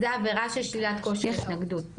זה עבירה של שלילת כושר התנגדות,